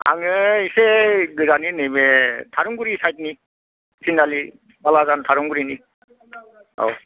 आङो एसे गोजाननि नैबे थारंगुरि साइथनि थिनालि बालाजान थारंगुरिनि औ